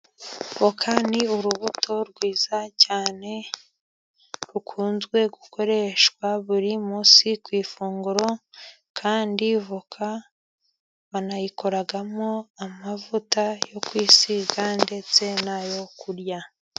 Avoka ni urubuto rwiza cyane. Rukunzwe gukoreshwa buri munsi ku ifunguro, kandi avoka banayikoramo amavuta yo kwisiga ndetse n'ayo kurya.